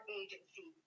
agency